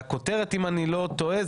והכותרת אם אני לא טועה,